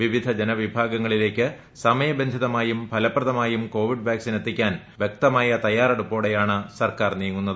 വിവിധ ജനവിഭാഗങ്ങളിലേക്ക് സമയ ബന്ധിതമായും ഫലപ്രദമായും കോവിഡ് വാക്സിൻ എത്തിക്കാൻ വൃക്തമായ തയ്യാറെടുപ്പോടെ യാണ് സർക്കാർ നീങ്ങുന്നത്